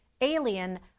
alien